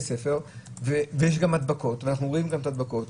הספר ויש גם הדבקות ואנחנו רואים גם את ההדבקות,